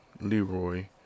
Leroy